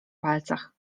palcach